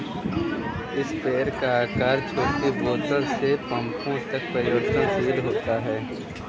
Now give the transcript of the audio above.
sprayer का आकार छोटी बोतल से पंपों तक परिवर्तनशील होता है